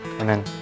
Amen